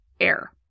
air